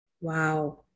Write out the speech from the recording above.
Wow